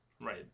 right